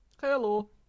Hello